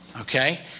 Okay